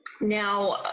Now